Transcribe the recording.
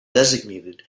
designated